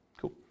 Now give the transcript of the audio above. Cool